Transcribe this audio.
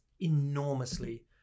enormously